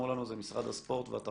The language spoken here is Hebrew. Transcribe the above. אמרו לנו: זה משרד הספורט והתרבות,